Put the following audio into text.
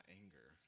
anger